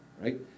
right